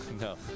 No